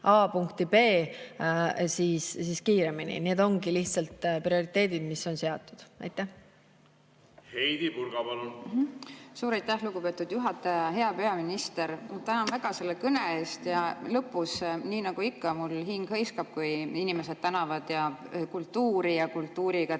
A punkti B kiiremini. Need ongi prioriteedid, mis on seatud. Heidy Purga, palun! Suur aitäh, lugupeetud juhataja! Hea peaminister, tänan väga selle kõne eest! Ja lõpus, nii nagu ikka, mu hing hõiskab, kui inimesed tänavad kultuuri ja kultuuriga